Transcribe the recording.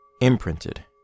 imprinted